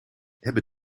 hebben